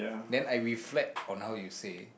then I reflect on how you say